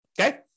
Okay